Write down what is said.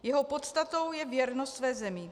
Jeho podstatou je věrnost své zemi.